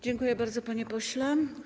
Dziękuję bardzo, panie pośle.